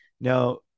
now